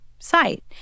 site